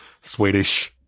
Swedish-